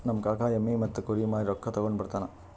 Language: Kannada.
ನಮ್ ಕಾಕಾ ಎಮ್ಮಿ ಮತ್ತ ಕುರಿ ಮಾರಿ ರೊಕ್ಕಾ ತಗೊಂಡ್ ಬರ್ತಾನ್